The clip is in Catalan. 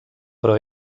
però